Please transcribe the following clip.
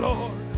Lord